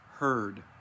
Heard